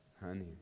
honey